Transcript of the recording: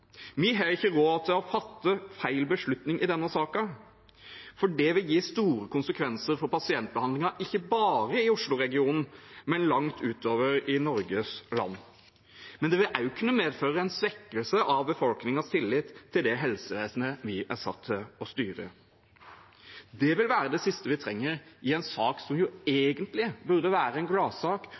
Vi har ikke råd til å fatte feil beslutning i denne saken, for det vil ha store konsekvenser for pasientbehandlingen, ikke bare i Oslo-regionen, men langt utover i Norges land. Men det vil også kunne medføre en svekkelse av befolkningens tillit til det helsevesenet vi er satt til å styre. Det vil være det siste vi trenger i en sak som egentlig burde være en gladsak